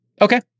okay